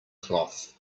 cloth